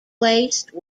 waste